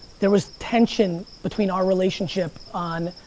there was tension between our relationship on,